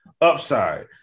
upside